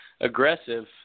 aggressive